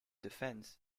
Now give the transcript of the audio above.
defends